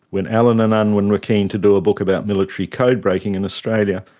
when allen and unwin were keen to do a book about military code breaking in australia,